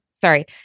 sorry